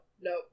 no